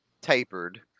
tapered